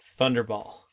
thunderball